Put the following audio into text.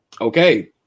Okay